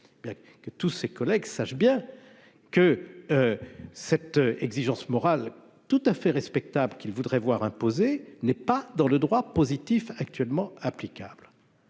que tous ses collègues sachent bien que cette exigence morale tout à fait respectable qu'il voudrait voir imposer n'est pas dans le droit positif actuellement applicable.